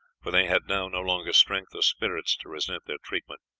for they had now no longer strength or spirits to resent their treatment,